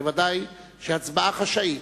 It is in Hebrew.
ודאי שהצבעה חשאית,